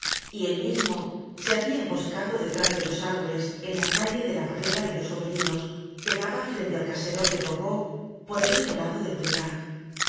y él mismo se habia emboscado detrás de los árboles en la calle de la barrera de los gobelinos que daba frente al caseron de gorbeau por el otro lado del